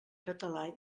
català